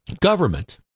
government